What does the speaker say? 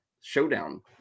showdown